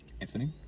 Anthony